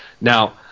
Now